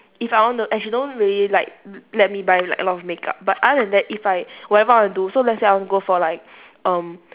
if I want to and she don't really like let me buy like a lot of makeup but other than that if I whatever I want to do so let's say I want to go for like um